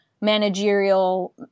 managerial